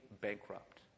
bankrupt